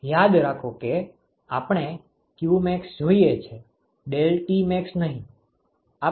યાદ રાખો કે આપણે qmax જોઈએ છે ∆Tmax નહિ